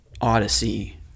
Odyssey